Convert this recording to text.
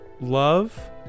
love